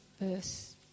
verse